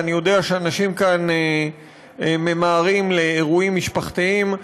ואני יודע שהאנשים כאן ממהרים לאירועים משפחתיים,